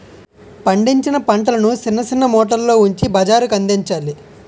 పండించిన పంటలను సిన్న సిన్న మూటల్లో ఉంచి బజారుకందించాలి